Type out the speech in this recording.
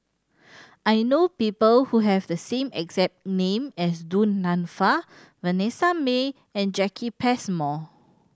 I know people who have the same exact name as Du Nanfa Vanessa Mae and Jacki Passmore